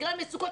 בגלל מצוקות,